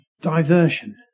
diversion